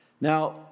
Now